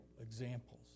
examples